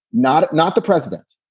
not not the president.